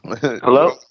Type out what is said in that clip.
Hello